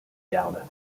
gardes